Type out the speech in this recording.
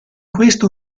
questa